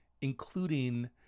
including